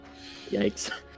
Yikes